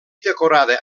decorada